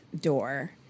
door